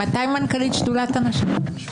מתי מנכ"לית שדולת הנשים?